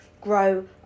grow